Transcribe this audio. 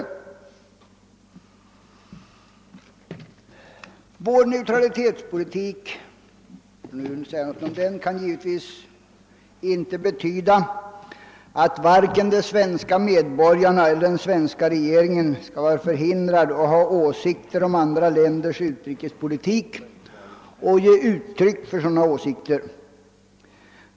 Vår neutralitetspolitik, för att nu säga något om den, kan givetvis inte medföra att vare sig svenska medborgare eller den svenska regeringen är förhindrade att ha åsikter om andra länders utrikespolitik eller att ge uttryck för sina åsikter.